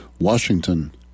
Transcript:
Washington